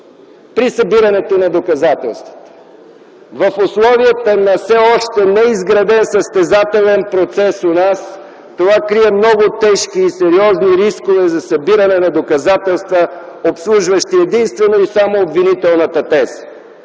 при събирането на доказателствата. В условията на все още неизграден състезателен процес у нас това крие много тежки и сериозни рискове за събиране на доказателства, обслужващи единствено и само обвинителната теза,